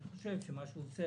אני חושב שמה שהוא עושה,